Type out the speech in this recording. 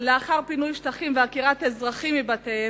לאחר פינוי שטחים ועקירת אזרחים מבתיהם,